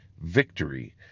victory